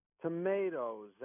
tomatoes